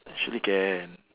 actually can